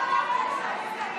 תראה מה הולך שם, תסתכל.